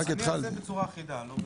אני אעשה בצורה אחידה.